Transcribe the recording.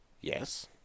Yes